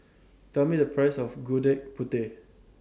Tell Me The Price of Gudeg Putih